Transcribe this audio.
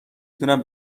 تونم